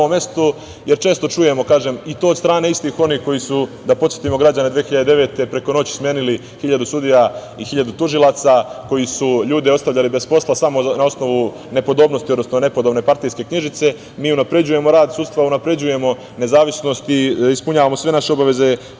jer često čujemo kažem, i to od strane istih onih koji su da podsetimo građane, 2009. godine preko noći smenili 1000 sudija i 1000 tužilaca, koji su ljude ostavljali bez posla, samo na osnovu nepodobnosti, odnosno, nepodobne partijske knjižice. Mi unapređujemo rad sudstva, unapređujemo nezavisnost i ispunjavamo sve naše obaveze